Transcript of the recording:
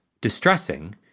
distressing